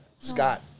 scott